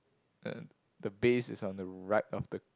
uh the base is on the right of the